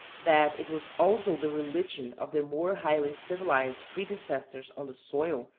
that it was also the religion of their more highly civilized predecessors on the soil,